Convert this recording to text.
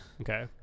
Okay